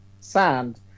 Sand